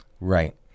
Right